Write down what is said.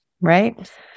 right